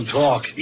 talk